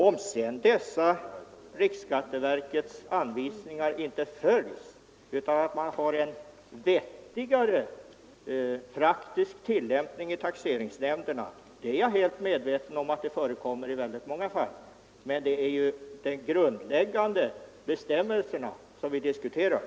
Att det sedan förekommer att riksskatteverkets anvisningar inte följs, utan att man har en vettigare praktisk tillämpning i taxeringsnämnderna, är ju bra. Men det är ju de grundläggande bestämmelserna som vi diskuterar.